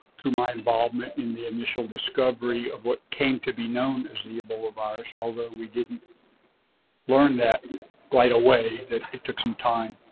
through my involvement in the initial discovery of what came to be known as the ebola virus, although we didn't learn that right away, it it took some time.